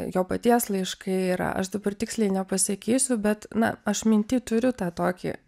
jo paties laiškai yra aš dabar tiksliai nepasakysiu bet na aš minty turiu tą tokį